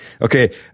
Okay